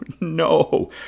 no